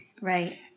Right